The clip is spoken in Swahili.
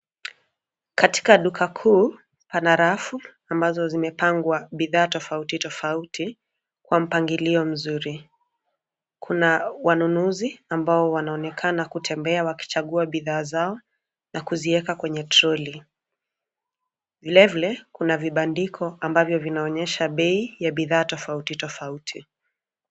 Katika duka kuu pana rafu ambazo zimepangwa bidhaa tofauti tofauti kwa mpangilio mzuri. Kuna wanunuzi ambao wanaonekana kutembea wakichagua bidhaa zao na kuziweka kwenye trololi. Vilevile kuna vibandiko ambavyo vinaonyesha bei ya bidhaa tofauti tofauti.